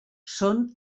són